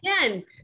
again